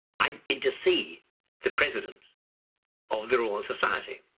i'd been to see the president of the royal society.